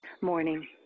morning